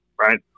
right